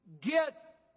get